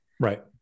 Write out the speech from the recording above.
Right